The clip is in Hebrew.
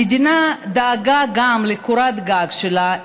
המדינה דאגה גם לקורת הגג שלה,